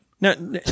No